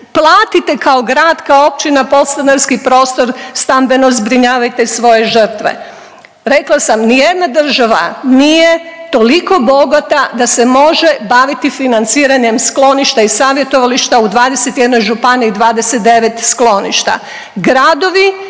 platite kao grad, kao općina podstanarski prostor, stambeno zbrinjavajte svoje žrtve. Rekla sam nijedna država nije toliko bogata da se može baviti financiranjem skloništa i savjetovališta u 21 županiji 29 skloništa.